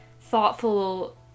thoughtful